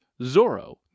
Zorro